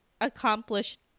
accomplished